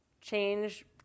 change